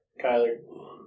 Kyler